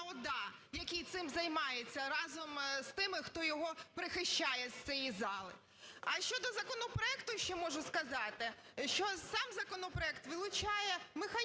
ОДА, який цим займається разом з тими хто його прихищає з цієї зали. А щодо законопроекту, що можу сказати, що сам законопроект вилучає механізм